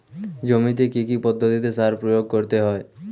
জমিতে কী কী পদ্ধতিতে সার প্রয়োগ করতে হয়?